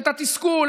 את התסכול,